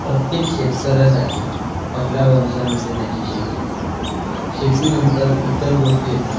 प्रत्येक शेतकऱ्यासाठी पहिला व्यवसाय म्हणजे त्याची शेती शेतीनंतर इतर गोष्टी येतात